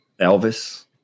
elvis